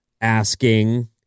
asking